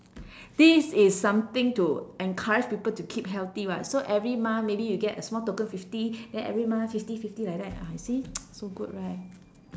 this is something to encourage people to keep healthy [what] so every month maybe you get a small token fifty then every month fifty fifty like that ah you see so good right